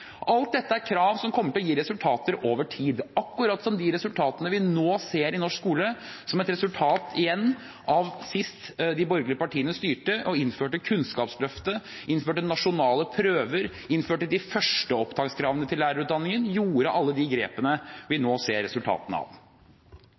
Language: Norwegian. Alt dette er krav som kommer til å gi resultater over tid, akkurat som de resultatene vi nå ser i norsk skole, igjen som et resultat av sist de borgerlige partiene styrte og innførte Kunnskapsløftet, innførte nasjonale prøver, innførte de første opptakskravene til lærerutdanningen – tok alle de grepene vi